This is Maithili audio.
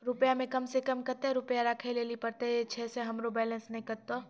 खाता मे कम सें कम कत्ते रुपैया राखै लेली परतै, छै सें हमरो बैलेंस नैन कतो?